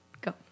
Go